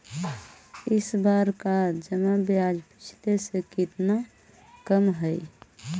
इस बार का जमा ब्याज पिछले से कितना कम हइ